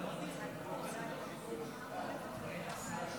יונתן מישרקי וארז מלול,